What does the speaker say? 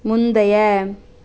முந்தைய